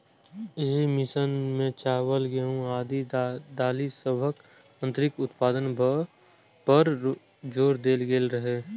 एहि मिशन मे चावल, गेहूं आ दालि सभक अतिरिक्त उत्पादन पर जोर देल गेल रहै